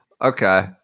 Okay